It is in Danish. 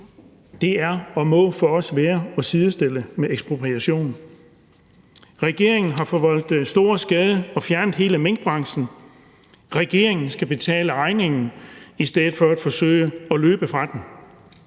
på, er for os og må være at sidestille med ekspropriation. Regeringen har forvoldt stor skade og fjernet hele minkbranchen. Regeringen skal betale regningen i stedet for at forsøge at løbe fra den.